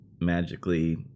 magically